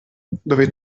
dove